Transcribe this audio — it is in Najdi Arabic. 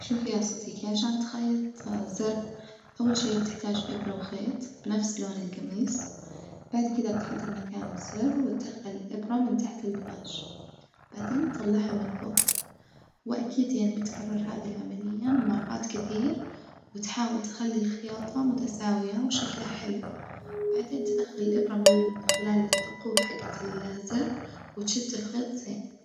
شوف يا صديجي عشان تخيط زر أول شي بتحتاج إبرة وخيط بنفس لون الجميص، بعد كدة بتحدد مكان الزر وتدخل الابرة من تحت الجماش وبعدين تطلعها من فوج، وأكيد يعني بتكرر هذي العملية مرات كثير، وتحاول تخلي الخياطة متساوية وشكلها حلو بعدين تدخل الإبرة من خلال الثقوب حجة الزر وتشد الخيط زين.